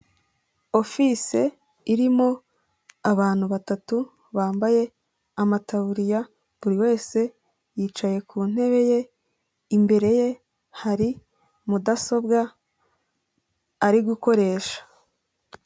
Ofisi irimo abantu batatu bambaye amataburiya, buri wese yicaye ku ntebe ye imbere ye hari mudasobwa ari gukoresha.